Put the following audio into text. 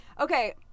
Okay